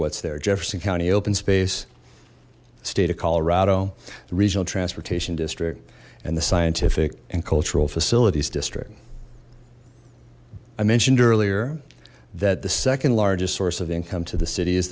what's there jefferson county open space state of colorado the regional transportation district and the scientific and cultural facilities district i mentioned earlier that the second largest source of income to the city is